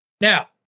Now